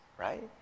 right